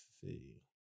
see